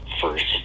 first